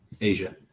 Asia